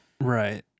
right